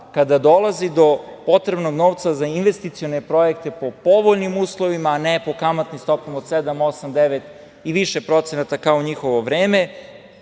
kada dolazi do potrebnog novca za investicione projekte po povoljnim uslovima, a ne po kamatnim stopama od sedam, osam, devet i više procenata, kao u njihovo vreme,